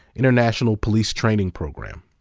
international police training program.